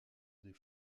des